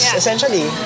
essentially